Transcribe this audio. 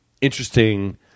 interesting